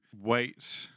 wait